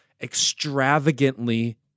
extravagantly